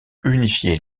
unifier